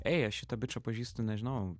ei aš šitą bičą pažįstu nežinau